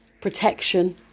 protection